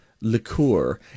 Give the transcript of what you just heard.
liqueur